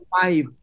five